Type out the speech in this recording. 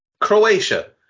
Croatia